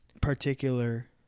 particular